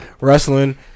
wrestling